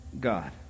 God